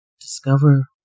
Discover